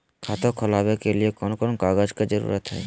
खाता खोलवे के लिए कौन कौन कागज के जरूरत है?